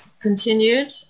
continued